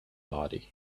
body